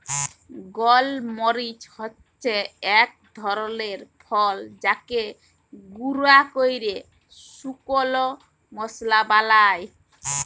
গল মরিচ হচ্যে এক ধরলের ফল যাকে গুঁরা ক্যরে শুকল মশলা বালায়